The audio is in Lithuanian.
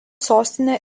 sostinė